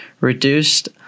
reduced